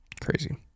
Crazy